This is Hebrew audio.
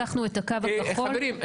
לקחנו את הקו הכחול --- חברים,